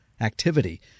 activity